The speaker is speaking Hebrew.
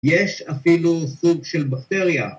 ‫יש אפילו סוג של בקטריה.